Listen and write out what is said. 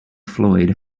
floyd